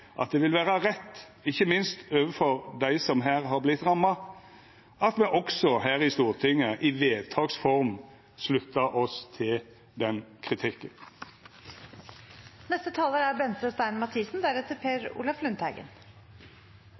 at det vil vera rett, ikkje minst overfor dei som har vorte ramma, at me også her i Stortinget i vedtaksform sluttar oss til